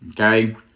Okay